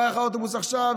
ברח האוטובוס עכשיו,